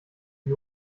die